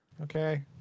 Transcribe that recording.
Okay